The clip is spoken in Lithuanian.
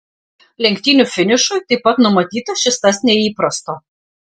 lenktynių finišui taip pat numatyta šis tas neįprasto